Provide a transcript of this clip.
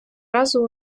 разу